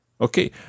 Okay